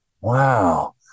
Wow